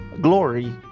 glory